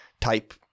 type